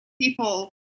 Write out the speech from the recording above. people